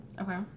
Okay